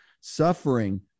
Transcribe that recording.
suffering